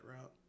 route